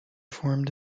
formed